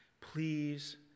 Please